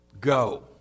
Go